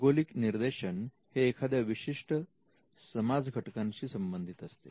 भौगोलिक निर्देशन हे एखाद्या विशिष्ट समाज घटकाशी संबंधित असते